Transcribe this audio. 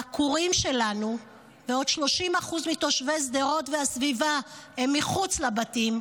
העקורים שלנו ועוד 30% מתושבי שדרות והסביבה הם מחוץ לבתים,